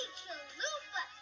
chalupa